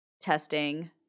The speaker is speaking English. testing